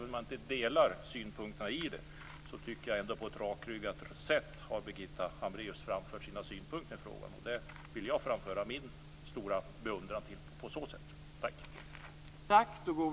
Även om jag inte delar hennes synpunkter tycker jag ändå att Birgitta Hambraeus på ett rakryggat sätt har fört fram sina synpunkter i frågan. Det vill jag framföra min stora beundran för.